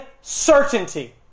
certainty